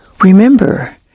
Remember